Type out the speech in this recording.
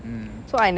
mm